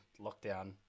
lockdown